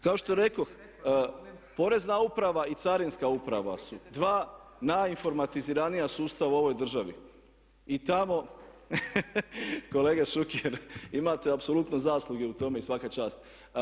Kao što rekoh porezna uprava i carinska uprava su dva nainformatiziranija sustava u ovoj državi i tamo, kolega Šuker, imate apsolutno zasluge u tome i svaka čast.